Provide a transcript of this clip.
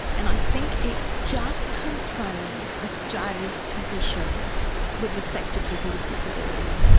and i think it just confirms australia's position with respect to people with disability.